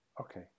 okay